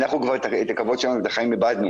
אנחנו את הכבוד שלנו ואת החיים איבדנו,